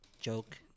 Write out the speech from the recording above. Joke